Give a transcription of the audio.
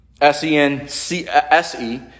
S-E-N-C-S-E